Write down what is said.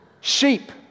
Sheep